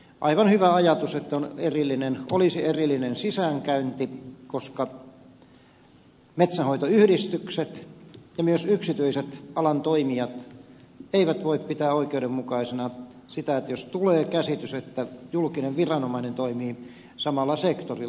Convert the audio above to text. aivan hyvä ajatus että olisi erillinen sisäänkäynti koska metsänhoitoyhdistykset ja myös yksityiset alan toimijat eivät voi pitää oikeudenmukaisena sitä että jos tulee käsitys että julkinen viranomainen toimii samalla sektorilla